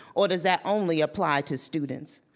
or does that only apply to students?